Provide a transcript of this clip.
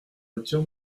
retire